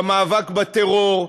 במאבק בטרור.